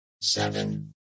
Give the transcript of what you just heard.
seven